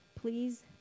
please